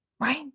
Right